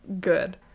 good